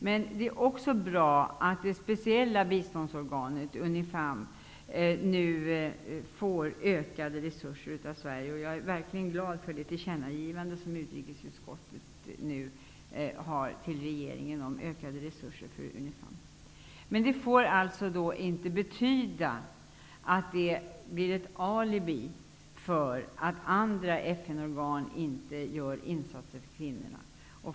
Men det är också bra att det speciella biståndsorganet Unifem nu får ökade resurser av Sverige. Jag är verkligen glad över det tillkännagivande som utrikesutskottet har till regeringen om ökade resurser för Unifem. Men det får inte utgöra ett alibi för att andra FN-organ inte gör insatser för kvinnorna.